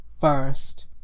first